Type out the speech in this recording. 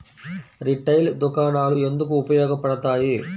Retail దుకాణాలు ఎందుకు ఉపయోగ పడతాయి?